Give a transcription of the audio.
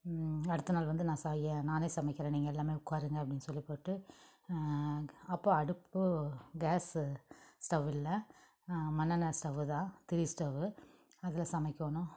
அடுத்த நாள் வந்து நான் செய்ய நானே சமைக்கிறன் நீங்கள் எல்லாம் உட்காருங்க அப்படி சொல்லிப்போட்டு அப்போ அடுப்பு கேஸ்ஸு ஸ்டவ்வு இல்லை மண்ணெண்ணய் ஸ்டவ்வு தான் திரி ஸ்டவ்வு அதில் சமைக்கணும்